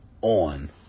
on